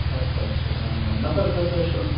اچھا اچھا نَفَر کٔژ حظ چھِو